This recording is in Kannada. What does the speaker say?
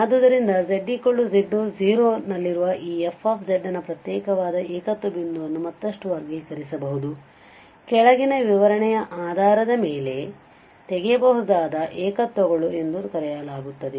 ಆದ್ದರಿಂದ z z0 ನಲ್ಲಿರುವ ಈ f ನ ಈ ಪ್ರತ್ಯೇಕವಾದ ಏಕತ್ವವನ್ನು ಮತ್ತಷ್ಟು ವರ್ಗೀಕರಿಸಬಹುದು ಕೆಳಗಿನ ವಿವರಣೆಯ ಆಧಾರದ ಮೇಲೆ ತೆಗೆಯಬಹುದಾದ ಏಕತ್ವಗಳು ಎಂದು ಕರೆಯಲಾಗುತ್ತದೆ